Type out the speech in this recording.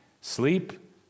Sleep